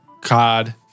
COD